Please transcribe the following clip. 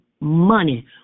money